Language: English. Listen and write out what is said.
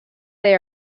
they